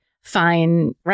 fine